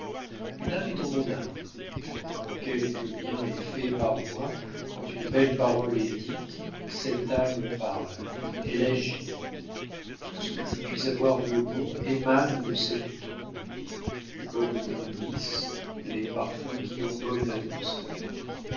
une âme est en mon âme quand quelque bien est fait par moi quand une belle parole est dite cette âme parle elle agit tout ce que je puis avoir de bon émane de cette tombe comme d'un lys les parfums qui embaument l'atmosphère